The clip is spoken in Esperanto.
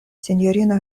sinjorino